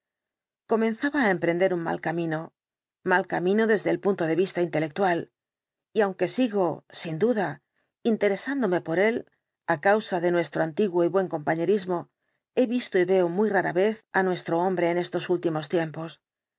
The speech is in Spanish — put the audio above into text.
comenzaba á emprender un mal camino mal camino desde el punto de vista intelectual y aunque sigo sin duda interesándome por él á cansa de nuestro antiguo y buen compañerismo he visto y veo muy rara vez á nuestro hombre en estos últimos tiempos